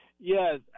Yes